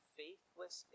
faithless